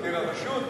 "מבקר הרשות",